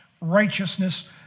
righteousness